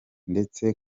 ndetse